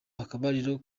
akabariro